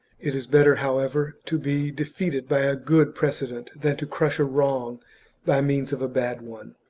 it is better, however, to be defeated by a good precedent than to crush a wrong by means of a bad one.